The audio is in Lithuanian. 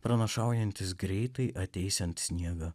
pranašaujantis greitai ateisiant sniegą